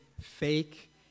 fake